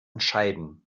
entscheiden